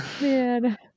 man